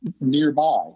nearby